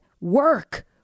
work